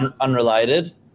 Unrelated